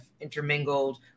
intermingled